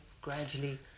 gradually